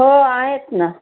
हो आहेत ना